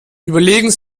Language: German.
überlegen